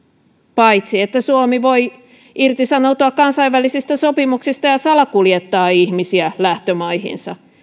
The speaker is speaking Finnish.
paitsi että suomi voi irtisanoutua kansainvälisistä sopimuksista ja salakuljettaa ihmisiä lähtömaihinsa